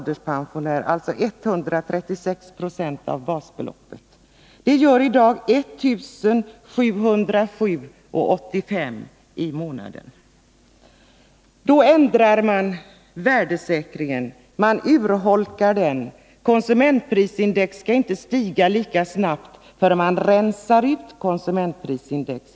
De får alltså 136 26 av basbeloppet i pension. Det gör i dag 1707:85 kr. i månaden. Nu föreslås att värdesäkringen skall urholkas. Konsumentprisindex skall inte stiga lika snabbt som tidigare. Det heter nu att man ”rensar ut” konsumentprisindex.